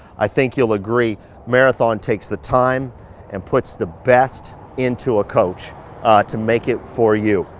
i think you'll agree marathon takes the time and puts the best into a coach to make it for you.